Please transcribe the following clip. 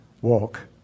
walk